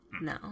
No